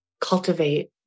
cultivate